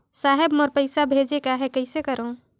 साहेब मोर पइसा भेजेक आहे, कइसे करो?